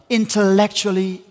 intellectually